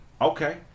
Okay